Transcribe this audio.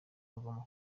agomba